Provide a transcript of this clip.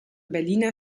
berliner